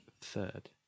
Third